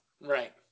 Right